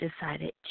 decided